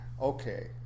okay